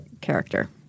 character